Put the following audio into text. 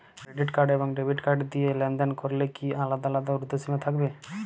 Credit card এবং debit card দিয়ে লেনদেন করলে কি আলাদা আলাদা ঊর্ধ্বসীমা থাকবে?